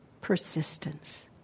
persistence